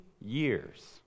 years